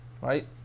right